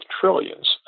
trillions